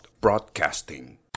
Broadcasting